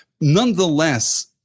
nonetheless